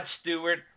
Stewart